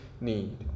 need